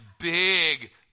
big